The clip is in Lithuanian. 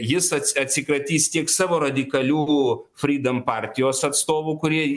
jis atsi atsikratys tiek savo radikalių frydom partijos atstovų kurie